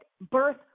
birth